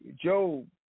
Job